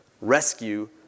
rescue